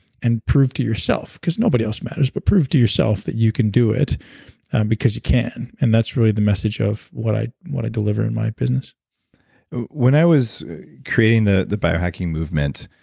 and prove to yourself because nobody else matters, but prove to yourself that you can do it because you can. and that's really the message of what i deliver in my business when i was creating the the biohacking movement,